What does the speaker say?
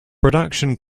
production